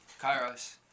Kairos